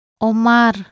Omar